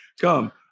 come